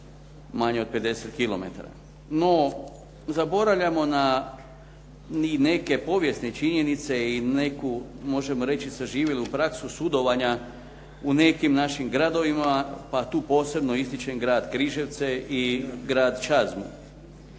manja od 50 kilometara. No zaboravljamo na neke povijesne činjenice i neku možemo reći saživjele u praksu sudovanja u nekim našim gradovima, pa tu posebno ističem grad Križevce i grad Čazmu.